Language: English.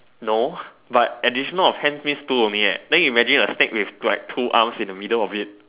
no but and it's not a hand means two only eh then imagine a snake with like two arms in the middle of it